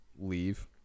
leave